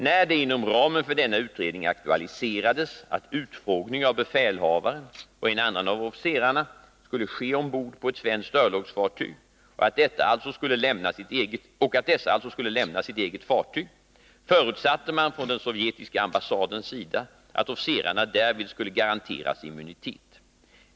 När det inom ramen för denna utredning aktualiserades att utfrågning av befälhavaren och en annan av officerarna skulle ske ombord på ett svenskt örlogsfartyg och att dessa alltså skulle lämna sitt eget fartyg, förutsatte man från den sovjetiska ambassadens sida att officerarna därvid skulle garanteras immunitet.